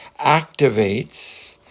activates